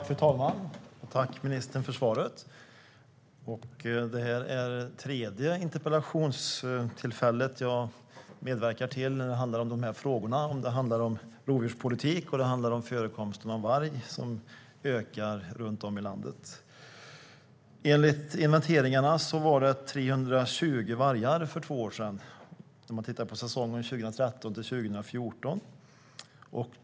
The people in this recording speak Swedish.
Fru talman! Tack, ministern, för svaret! Det här är det tredje interpellationstillfället jag medverkar till i de här frågorna - det handlar om rovdjurspolitik, och det handlar om förekomsten av varg som ökar runt om i landet. Enligt inventeringarna var det 320 vargar i landet under säsongen 2013-2014.